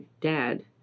dad